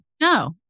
no